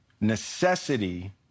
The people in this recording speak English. necessity